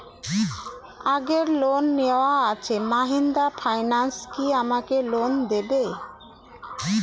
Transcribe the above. আগের লোন নেওয়া আছে মাহিন্দ্রা ফাইন্যান্স কি আমাকে লোন দেবে?